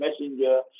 messenger